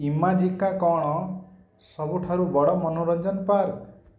Imagica କ'ଣ ସବୁଠାରୁ ବଡ଼ ମନୋରଂଜନ ପାର୍କ